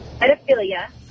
pedophilia